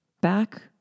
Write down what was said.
back